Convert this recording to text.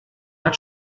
hat